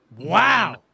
Wow